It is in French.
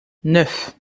neuf